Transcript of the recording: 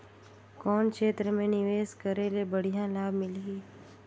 कौन क्षेत्र मे निवेश करे ले बढ़िया लाभ मिलही?